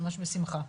ממש בשמחה.